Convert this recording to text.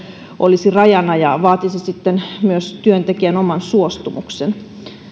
olisi rajana ja vaatisi sitten myös työntekijän oman suostumuksen